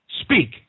Speak